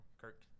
Kirk